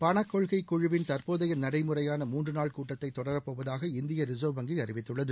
பணக்கொள்கைக் குழுவின் தற்போதைய நடைமுறையான மூன்று நாள் கூட்டத்தை தொடரப்போவதாக இந்திய ரிசர்வ் வங்கி அறிவித்துள்ளது